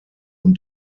und